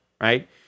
right